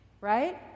Right